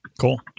Cool